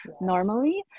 normally